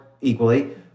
equally